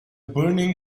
burning